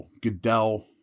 Goodell